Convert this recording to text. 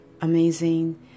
amazing